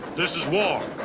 this is war,